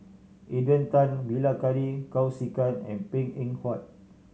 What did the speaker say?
Adrian Tan Bilahari Kausikan and Png Eng Huat